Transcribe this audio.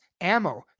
ammo